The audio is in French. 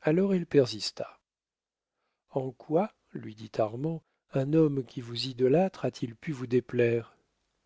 alors elle persista en quoi lui dit armand un homme qui vous idolâtre a-t-il pu vous déplaire